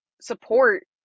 support